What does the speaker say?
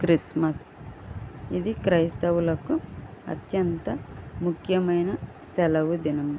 Christmas ఇది క్రైస్తవులకు అత్యంత ముఖ్యమైన సెలవు దినం